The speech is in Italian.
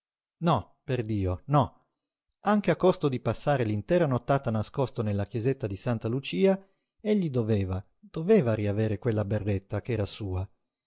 gabbato no perdio no anche a costo di passare l'intera nottata nascosto nella chiesetta di santa lucia egli doveva doveva riavere quella berretta ch'era sua